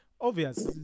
obvious